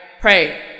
Pray